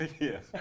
Yes